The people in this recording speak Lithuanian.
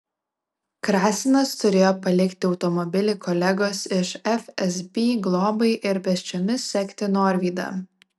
krasinas turėjo palikti automobilį kolegos iš fsb globai ir pėsčiomis sekti norvydą